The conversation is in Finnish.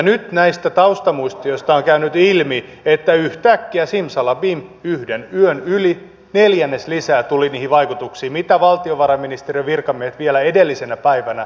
nyt näistä taustamuistioista on käynyt ilmi että yhtäkkiä simsalabim yhden yön yli neljännes lisää tuli niihin vaikutuksiin mitä valtiovarainministeriön virkamiehet vielä edellisenä päivänä olivat arvioineet